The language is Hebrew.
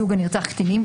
הנרצח קטינים,